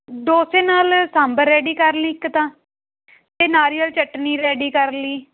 ਡੋਸੇ ਨਾਲ ਸਾਂਬਰ ਰੈਡੀ ਕਰ ਲਈ ਇੱਕ ਤਾਂ ਅਤੇ ਨਾਰੀਅਲ ਚਟਨੀ ਰੈਡੀ ਕਰ ਲਈ